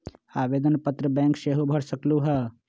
आवेदन पत्र बैंक सेहु भर सकलु ह?